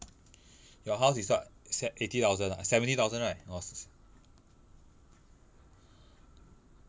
your house is what se~ eighty thousand ah seventy thousand right or s~